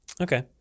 Okay